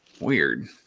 Weird